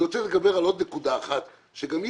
אני רוצה לדבר על עוד נקודה אחת שגם היא